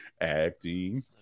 acting